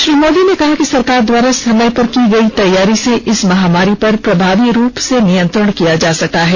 श्री मोदी ने कहा कि सरकार द्वारा समय पर की गई तैयारी से इस महामारी पर प्रभावी रूप से नियंत्रण किया जा सका है